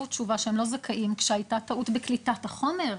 תשובה שהם לא זכאים כשהייתה טעות בקליטת החומר.